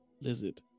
lizard